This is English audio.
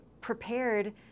prepared